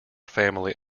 family